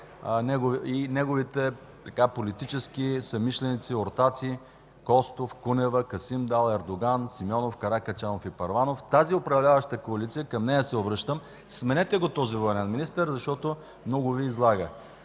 и неговите политически съмишленици, ортаци: Костов, Кунева, Касим Дал, Ердоган, Симеонов, Каракачанов и Първанов – към тази управляваща коалиция се обръщам – сменете го този военен министър, защото много Ви излага.